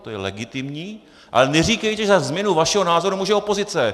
To je legitimní, ale neříkejte, že za změnu vašeho názoru může opozice!